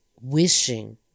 wishing